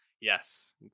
yes